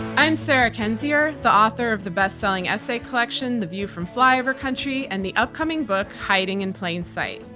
i'm sarah kendzior, the author of the best-selling essay collection, the view from flyover country and the upcoming book, hiding in plain sight.